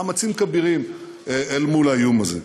במאמצים כבירים אל מול האיום הזה.